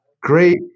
Great